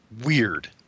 weird